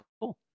cool